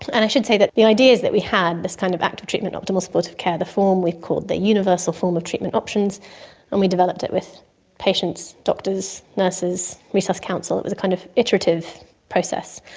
and i should say that the ideas that we had this kind of active treatment, optimal supportive care the form we called the universal form of treatment options and we developed it with patients, doctors, nurses, resuscitation so councillors, it was a kind of iterative process.